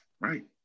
Right